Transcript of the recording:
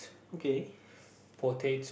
okay